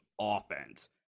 offense